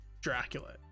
Dracula